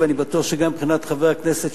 ואני בטוח שגם מבחינת שותפי,